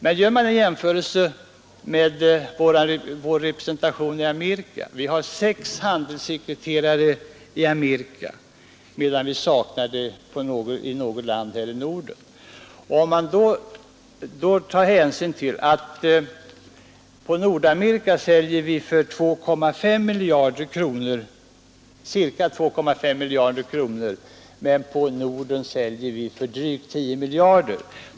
Men vi kan göra en jämförelse med vår representation i Amerika. Vi har sex handels sekreterare i Amerika, medan vi saknar handelssekreterare i de nordiska länderna. På Nordamerika säljer vi för ca 2,5 miljarder kronor, men på Norden säljer vi för drygt 10 miljarder.